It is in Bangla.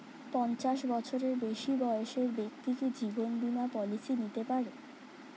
পঞ্চাশ বছরের বেশি বয়সের ব্যক্তি কি জীবন বীমা পলিসি নিতে পারে?